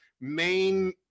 main